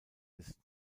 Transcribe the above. ist